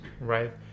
right